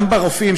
גם לגבי רופאים,